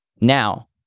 Now